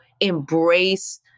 embrace